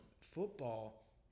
football